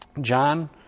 John